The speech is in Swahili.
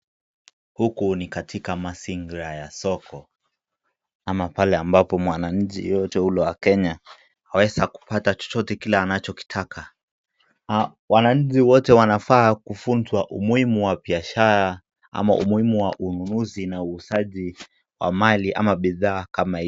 Huku ni katika mazingira ya soko, ama pale ambapo mwananchi yote ule wa kenya, waweza kupata chochote kile anachokitaka. Wananchi wote wanafaa kufunswa umuhimu wa biashara ama umuhimu wa ununuzi na usajili wa mali ama bidhaa kama hii.